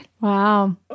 Wow